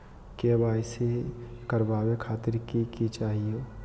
KYC करवावे खातीर कि कि चाहियो?